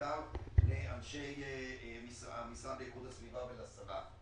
בעיקר לאנשי המשרד לאיכות הסביבה ולשרה,